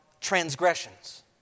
transgressions